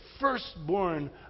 firstborn